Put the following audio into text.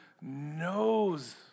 knows